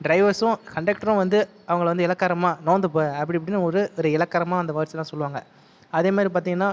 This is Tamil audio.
டிரைவர்சும் கண்டெக்டரும் வந்து அவங்களை வந்து இளக்காரமா நவுந்து போ அப்படி இப்படினு ஒரு இளக்காரமா அந்த வேர்ட்ஸ்லாம் சொல்லுவாங்க அதே மாதிரி பார்த்திங்கன்னா